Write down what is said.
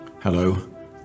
Hello